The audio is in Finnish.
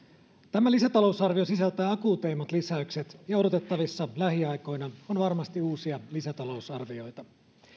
tämä lisätalousarvio sisältää akuuteimmat lisäykset ja lähiaikoina on odotettavissa varmasti uusia lisätalousarvioita